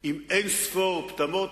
על כל טעות בדקדוק,